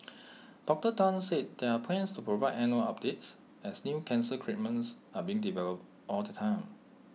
Doctor Tan said there are plans to provide annual updates as new cancer treatments are being developed all the time